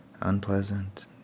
unpleasant